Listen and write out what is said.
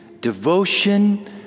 devotion